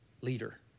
leader